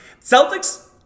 Celtics